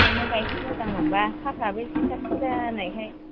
ओंखायनो गाइखेर मोजां मोनबा साफ्राबो एसे साबसिन जानायखाय